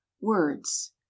words